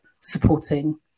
supporting